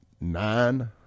nine